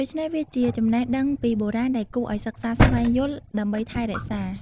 ដូច្នេះវាជាចំណេះដឹងពីបុរាណដែលគួរឲ្យសិក្សាស្វែងយល់ដើម្បីថែរក្សា។